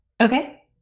Okay